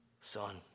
son